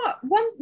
one